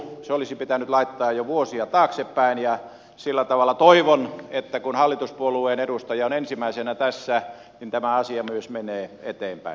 se olisi pitänyt laittaa jo vuosia taaksepäin ja sillä tavalla toivon että kun hallituspuolueen edustaja on ensimmäisenä tässä niin tämä asia myös menee eteenpäin